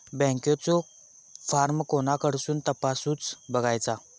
बँकेचो फार्म कोणाकडसून तपासूच बगायचा?